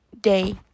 Day